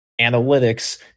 analytics